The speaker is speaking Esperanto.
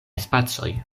spacoj